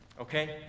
okay